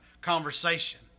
conversation